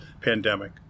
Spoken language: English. pandemic